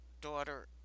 daughter